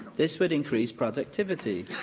this would increase productivity,